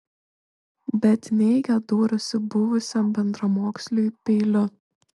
bet neigė dūrusi buvusiam bendramoksliui peiliu